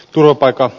tulopaikka